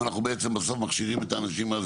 אם אנחנו בסוף מכשירים את האנשים,